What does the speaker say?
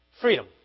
freedom